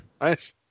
Nice